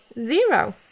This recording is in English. zero